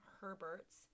herberts